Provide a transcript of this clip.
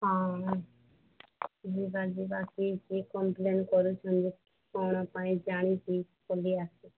ହଁ ଯିବା ଯିବା ସେ ଠିକ୍ କମ୍ପ୍ଲେନ୍ କରୁଛନ୍ତି କ'ଣ ପାଇଁ ଜାଣିଛି ବୋଲି ଆସି